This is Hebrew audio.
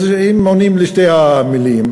אז הם עונים בשתי המילים.